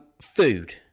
Food